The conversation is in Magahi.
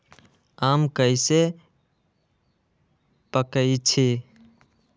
आम कईसे पकईछी?